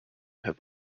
have